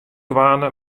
dwaande